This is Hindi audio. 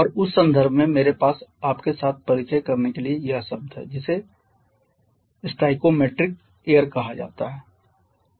और उस संदर्भ में मेरे पास आपके साथ परिचय करने के लिए यह शब्द है जिसे स्टोइकोमेट्रिक एयर कहा जाता है